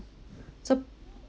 so